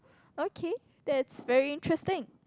okay that's very interesting